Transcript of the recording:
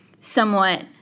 somewhat